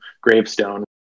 gravestone